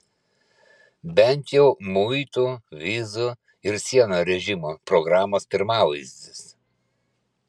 bent jau muitų vizų ir sienų režimo programos pirmavaizdis